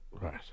Right